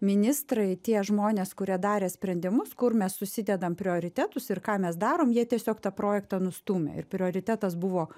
ministrai tie žmonės kurie darė sprendimus kur mes susidedam prioritetus ir ką mes darom jie tiesiog tą projektą nustūmė ir prioritetas buvo